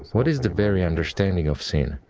what is the very understanding of sin?